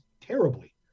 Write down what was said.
terribly